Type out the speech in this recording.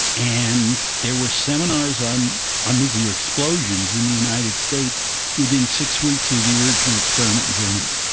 and there were seminars on ah nuclear explosions in the united states within six weeks of the original experiment in germany.